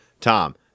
Tom